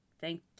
thank